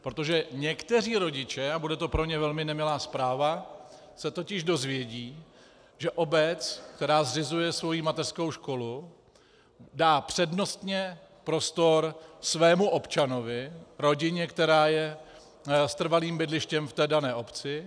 Protože někteří rodiče, a bude to pro ně velmi nemilá zpráva, se totiž dozvědí, že obec, která zřizuje svoji mateřskou školu, dá přednostně prostor svému občanovi, rodině, která je s trvalým bydlištěm v dané obci.